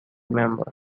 member